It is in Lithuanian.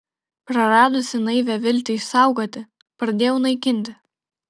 praradusi naivią viltį išsaugoti pradėjau naikinti